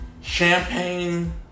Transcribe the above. Champagne